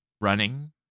running